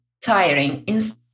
tiring